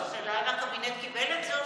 השאלה היא אם הקבינט קיבל את זה או שזה,